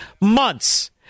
months